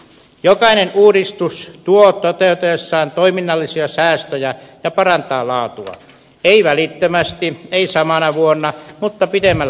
jokainen uudistus tuo toteutuessaan toiminnallisia säästöjä ja parantaa laatua ei välittömästi ei samana vuonna mutta pitemmällä aikavälillä